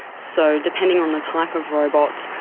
so depending on the type of robot,